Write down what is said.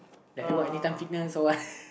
like what Anytime Fitness or what